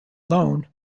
loan